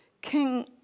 King